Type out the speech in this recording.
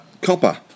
copper